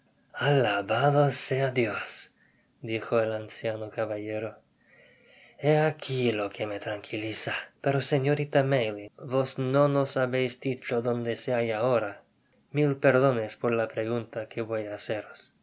alabado sea dios dijo el anciano caballero he aqui lo que me tranquiliza pero señorita may lie vos no nos habeis du cho donde se halla ahora mil perdones por la pregunta que voy á haceros